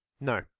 No